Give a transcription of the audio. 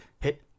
Hit